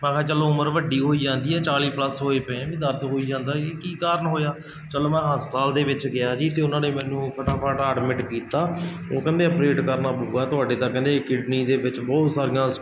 ਮੈਂ ਕਿਹਾ ਚਲੋ ਉਮਰ ਵੱਡੀ ਹੋਈ ਜਾਂਦੀ ਆ ਚਾਲੀ ਪਲੱਸ ਹੋਈ ਪਏ ਹਾਂ ਦਰਦ ਹੋਈ ਜਾਂਦਾ ਕੀ ਕਾਰਨ ਹੋਇਆ ਚਲੋ ਮੈਂ ਹਸਪਤਾਲ ਦੇ ਵਿੱਚ ਗਿਆ ਜੀ ਅਤੇ ਉਹਨਾਂ ਨੇ ਮੈਨੂੰ ਫਟਾਫਟ ਆਡਮਿਟ ਕੀਤਾ ਉਹ ਕਹਿੰਦੇ ਅਪਰੇਟ ਕਰਨਾ ਪਊਗਾ ਤੁਹਾਡੇ ਤਾਂ ਕਹਿੰਦੇ ਕਿਡਨੀ ਦੇ ਵਿੱਚ ਬਹੁਤ ਸਾਰੀਆਂ